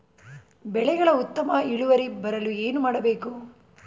ಬೆಳೆಗಳ ಉತ್ತಮ ಇಳುವರಿ ಬರಲು ಏನು ಮಾಡಬೇಕು?